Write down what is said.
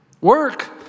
Work